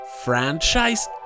franchise